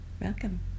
Welcome